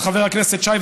חבר הכנסת שי,